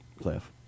Cliff